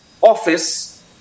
office